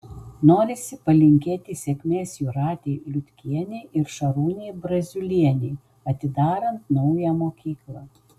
norisi palinkėti sėkmės jūratei liutkienei ir šarūnei braziulienei atidarant naują mokyklą